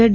add